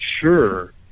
sure